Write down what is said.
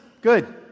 Good